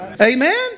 Amen